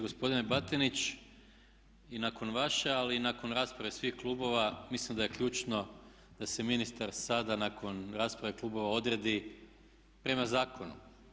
Gospodine Batinić i nakon vaše, ali i nakon rasprave svih klubova mislim da je ključno da se ministar sada nakon rasprave klubova odredi prema zakonu.